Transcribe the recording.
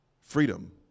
Freedom